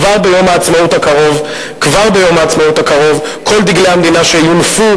כבר ביום העצמאות הקרוב כל דגלי המדינה שיונפו